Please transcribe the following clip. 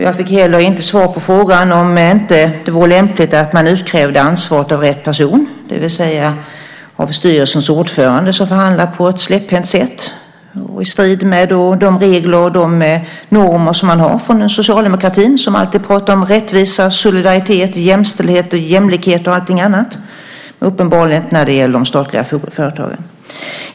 Jag fick heller inte svar på frågan om det inte vore lämpligt att man utkrävde ansvaret av rätt person, det vill säga av styrelsens ordförande som förhandlat i strid med de regler och de normer man har från Socialdemokraterna, som alltid talar om rättvisa, solidaritet, jämtställdhet och jämlikhet och allting annat. Det gäller uppenbarligen inte för de statliga företagen.